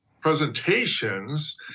presentations